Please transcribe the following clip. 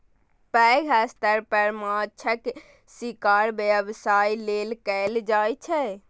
पैघ स्तर पर माछक शिकार व्यवसाय लेल कैल जाइ छै